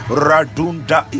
radunda